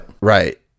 Right